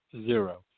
Zero